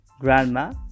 grandma